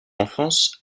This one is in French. enfance